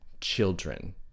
children